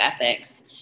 ethics